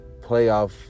playoff